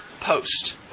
post